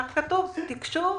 כך כתוב: תקשוב,